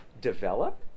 develop